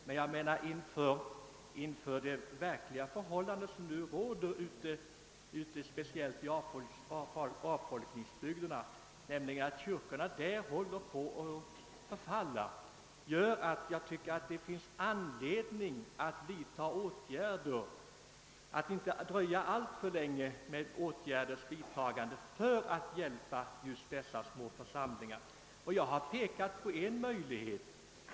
Det faktum, att kyrkorna, speciellt i avfolkningsbygderna, håller på att för falla, gör emellertid att jag finner det nödvändigt att vi inte dröjer alltför länge med att vidta åtgärder för att hjälpa dessa små församlingar. Jag har pekat på en möjlighet att göra det.